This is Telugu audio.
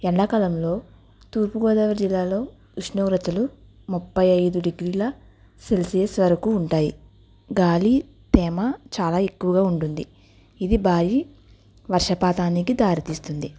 ఎండాకాలంలో తూర్పు గోదావరి జిల్లాలో ఉష్ణోగ్రతలు ముప్పై ఐదు డిగ్రీల సెల్సియస్ వరకు ఉంటాయి గాలి తేమ చాలా ఎక్కువగా ఉంటుంది ఇది భారీ వర్షపాతానికి దారి తీస్తుంది